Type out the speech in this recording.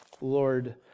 Lord